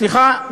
סליחה,